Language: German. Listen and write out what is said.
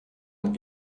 und